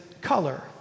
color